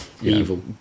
evil